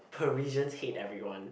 Parisians hate everyone